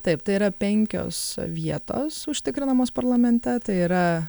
taip tai yra penkios vietos užtikrinamos parlamente tai yra